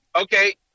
Okay